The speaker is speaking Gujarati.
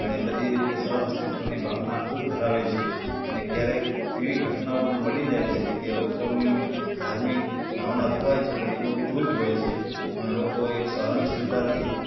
અને બધી રીતે સહ અસ્તિત્ત્વની ભાવના ખૂબ ધરાવે છે અને ક્યારેક એવી ઘટનાઓ પણ બની જાય છે કે લોકોનું ધાર્મિક ભાવના દુભાય છે પણ એ બહુ જૂજ હોય છે પણ લોકો એ સહનશીલતાથી